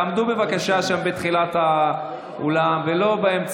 תעמדו בבקשה שם בתחילת האולם ולא באמצע,